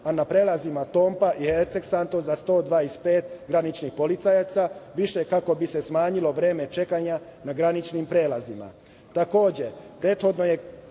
a na prelazima Tompa i Hercegsanto za 125 graničnih policajaca više, kako bi se smanjilo vreme čekanja na graničnim prelazima. Takođe,